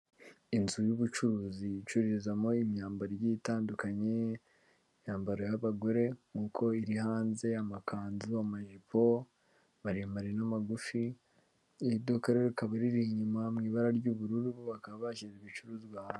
Inzu y'ubucuruzi icururizamo imyambaro igiye itandukanye, imyambaro y'abagore nkuko iri hanze, amakanzu, amajipo maremare n'amagufi, Iri duka rero rikaba riri inyuma mu ibara ry'ubururu, bakaba bashyize ibicuruzwa hanze.